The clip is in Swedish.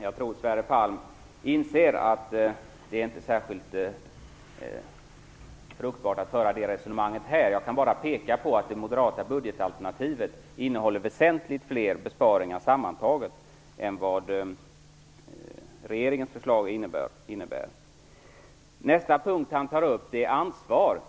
Jag tror att Sverre Palm inser att det inte är särskilt fruktbart att föra det resonemanget här. Jag kan bara peka på att det moderata budgetalternativet innehåller väsentligt fler besparingar sammantaget än vad regeringens förslag innebär. Nästa punkt som Sverre Palm tar upp gäller ansvar.